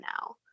now